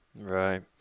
Right